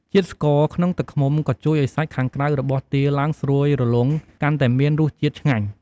ជាតិស្ករក្នុងទឹកឃ្មុំក៏ជួយឱ្យសាច់ខាងក្រៅរបស់ទាឡើងស្រួយរលោងកាន់ តែមានរស់ជាតិឆ្ងាញ់។